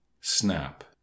snap